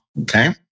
okay